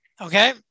Okay